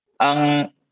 Ang